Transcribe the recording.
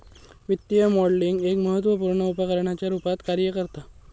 वित्तीय मॉडलिंग एक महत्त्वपुर्ण उपकरणाच्या रुपात कार्य करता